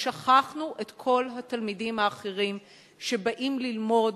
ששכחנו את כל התלמידים האחרים שבאים ללמוד,